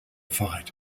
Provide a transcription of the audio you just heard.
fight